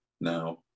now